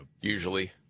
usually